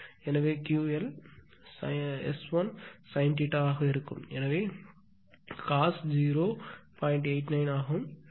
எனவே Ql S1 sin θ ஆக இருக்கும் எனவே cos 0